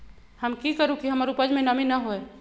हम की करू की हमर उपज में नमी न होए?